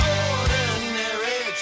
ordinary